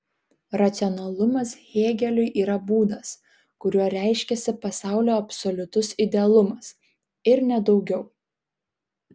racionalumas hėgeliui yra būdas kuriuo reiškiasi pasaulio absoliutus idealumas ir ne daugiau